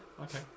Okay